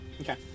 Okay